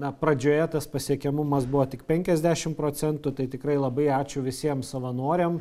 na pradžioje tas pasiekiamumas buvo tik penkiasdešim procentų tai tikrai labai ačiū visiem savanoriam